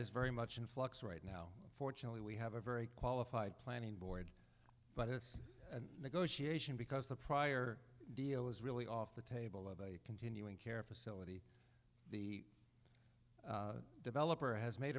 is very much in flux right now fortunately we have a very qualified planning board but it's a negotiation because the prior deal is really off the table of a continuing care facility the developer has made